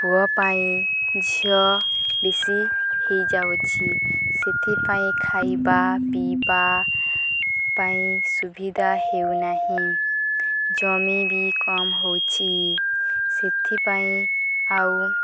ପୁଅ ପାଇଁ ଝିଅ ବେଶୀ ହୋଇଯାଉଛି ସେଥିପାଇଁ ଖାଇବା ପିଇବା ପାଇଁ ସୁବିଧା ହେଉନାହିଁ ଜମି ବି କମ୍ ହେଉଛିି ସେଥିପାଇଁ ଆଉ